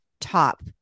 top